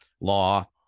law